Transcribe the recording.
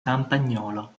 campagnolo